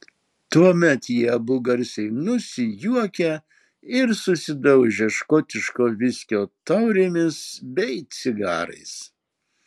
tuomet jie abu garsiai nusijuokia ir susidaužia škotiško viskio taurėmis bei cigarais